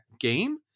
game